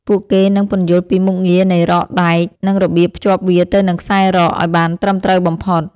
ពួកគេនឹងពន្យល់ពីមុខងារនៃរ៉កដែក និងរបៀបភ្ជាប់វាទៅនឹងខ្សែរ៉កឱ្យបានត្រឹមត្រូវបំផុត។